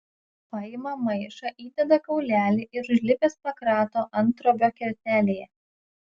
paima maišą įdeda kaulelį ir užlipęs pakrato anttrobio kertelėje